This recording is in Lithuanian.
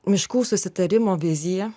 miškų susitarimo viziją